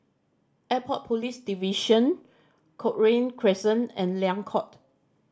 Airport Police Division Cochrane Crescent and Liang Court